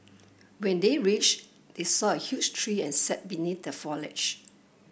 when they reached they saw a huge tree and sat beneath the foliage